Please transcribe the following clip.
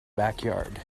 backyard